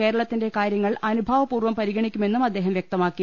കേരളത്തിന്റെ കാര്യങ്ങൾ അനുഭാവപൂർവ്വം പരിഗണിക്കു മെന്നും അദ്ദേഹം വൃക്തമാക്കി